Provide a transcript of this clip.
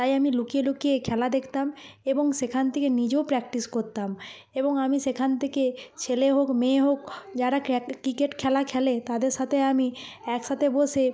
তাই আমি লুকিয়ে লুকিয়ে খেলা দেখতাম এবং সেখান থেকে নিজেও প্র্যাকটিস করতাম এবং আমি সেখান থেকে ছেলে হোক মেয়ে হোক যারা ক্রিকেট খেলা খেলে তাদের সাথে আমি একসাথে বসে